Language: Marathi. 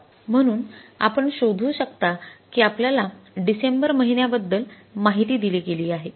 म्हणून आपण शोधू शकता की आपल्याला डिसेंबर महिन्याबद्दल माहिती दिली गेली आहे